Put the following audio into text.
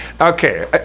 okay